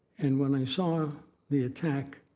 and when i saw the attack